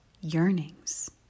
yearnings